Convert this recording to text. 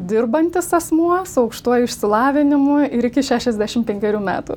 dirbantis asmuo su aukštuoju išsilavinimu ir iki šešiasdešimt penkerių metų